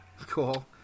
cool